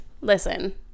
listen